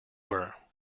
were